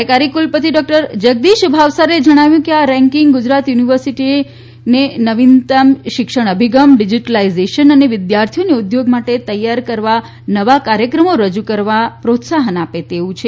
કાર્યકારી કુલપતિ ડો જગદીશ ભાવસારે જણાવ્યું હતું કે આ રેન્કિંગ ગુજરાત યુનિવર્સિટીને નવીનતા શિક્ષણ અભિગમ ડિજિટલાઈઝેશન અને વિદ્યાર્થીઓને ઉદ્યોગ માટે તૈયાર કરવા નવા કાર્યક્રમો રજ્ કરવા પ્રોત્સાહન આપે તેવું છે